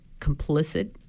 complicit